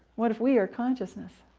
what if we are consciousness?